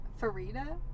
Farida